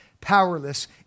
powerless